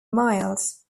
miles